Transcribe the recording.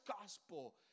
gospel